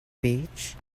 beach